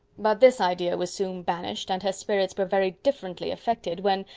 but this idea was soon banished, and her spirits were very differently affected, when,